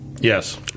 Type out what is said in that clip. Yes